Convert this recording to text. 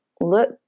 look